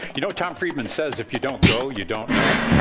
you know tom friedman says, if you don't go, you don't know?